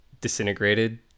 disintegrated